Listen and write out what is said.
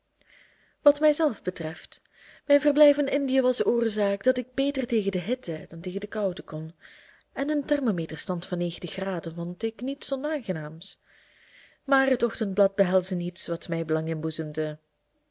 wat mij zelf betreft mijn verblijf in indië was oorzaak dat ik beter tegen de hitte dan tegen de koude kon en een thermometerstand van graden vond ik niets onaangenaams maar het ochtendblad behelsde niets wat mij belang inboezemde